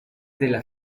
della